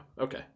Okay